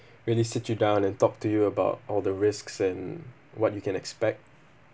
really sit you down and talk to you about all the risks and what you can expect